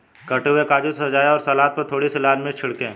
कटे हुए काजू से सजाएं और सलाद पर थोड़ी सी लाल मिर्च छिड़कें